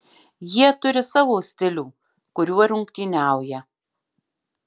jie turi savo stilių kuriuo rungtyniauja